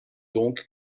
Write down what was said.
donc